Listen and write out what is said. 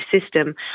system